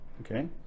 Okay